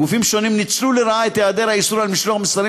גופים שונים ניצלו לרעה את היעדר האיסור על משלוח מסרים